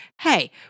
hey